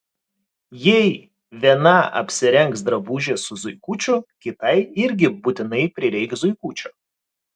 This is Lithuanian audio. jei viena apsirengs drabužį su zuikučiu kitai irgi būtinai prireiks zuikučio